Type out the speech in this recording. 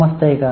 समजते का